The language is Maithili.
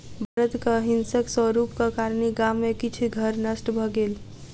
बड़दक हिंसक स्वरूपक कारणेँ गाम में किछ घर नष्ट भ गेल